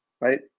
right